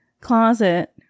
closet